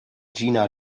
jena